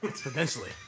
Potentially